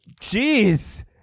Jeez